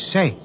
Say